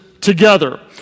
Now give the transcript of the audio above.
together